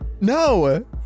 no